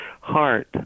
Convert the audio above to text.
heart